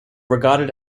regarded